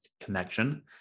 connection